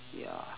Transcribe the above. ya